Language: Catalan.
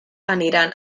aniran